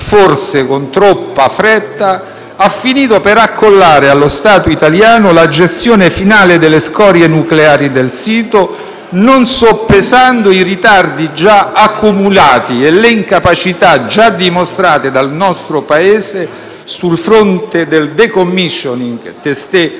forse con troppa fretta, ha finito per accollare allo Stato italiano la gestione finale delle scorie nucleari del sito, non soppesando i ritardi già accumulati e le incapacità già dimostrate dal nostro Paese sul fronte del *decommissioning* testé